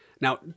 Now